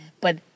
But-